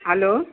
hello